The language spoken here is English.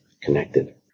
connected